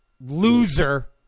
loser